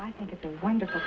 i think it's a wonderful